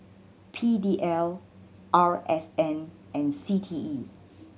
P D L R S N and C T E